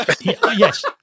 Yes